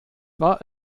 war